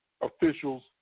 officials